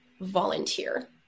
volunteer